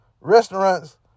restaurants